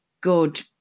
good